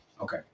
Okay